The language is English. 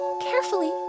Carefully